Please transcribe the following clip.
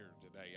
today